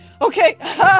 Okay